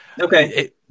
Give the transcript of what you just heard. Okay